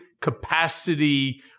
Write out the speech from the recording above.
capacity